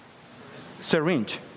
Syringe